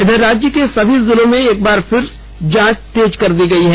इधर राज्य के सभी जिलों में एक बार फिर जांच तेज कर दी गई है